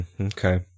Okay